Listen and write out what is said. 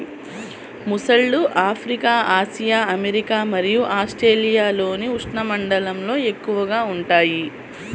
మొసళ్ళు Africa, Asia, America మరియు ఆస్ట్రేలియాలోని ఉష్ణమండలాల్లో ఎక్కువగా ఉంటాయి